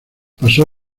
pasó